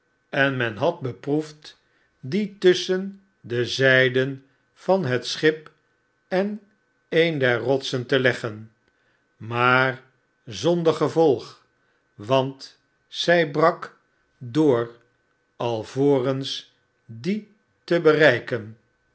en men had beproefd die tusschen de zyden van het schip en een der rotsen te leggen maar zonder gevolg want zy brak door alvorens die te bereiken